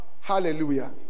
Hallelujah